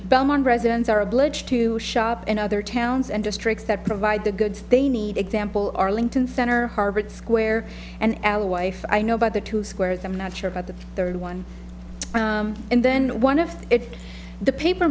belmont residents are obliged to shop in other towns and districts that provide the goods they need example arlington center harvard square and our wife i know but the two squares i'm not sure about the third one and then one of the paper